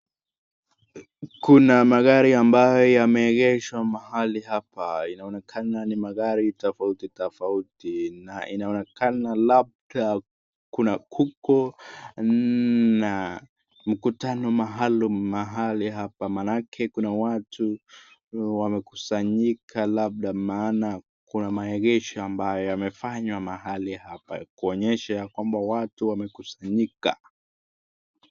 Kuna magari ambayo yameegeshwa mahali hapa. Inaonekana ni magari tofauti tofauti na inaonekana labda kuna kuku na mkutano maalum mahali hapa. Maanake kuna watu wamekusanyika labda maana kuna maegesho ambayo yamefanywa mahali hapa kuonyesha ya kwamba watu wamekusanyika.